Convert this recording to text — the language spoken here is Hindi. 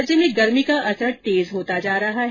प्रदेश में गर्मी का असर तेज होता जा रहा है